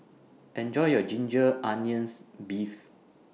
Enjoy your Ginger Onions Beef